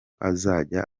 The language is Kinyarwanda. azajya